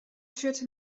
führte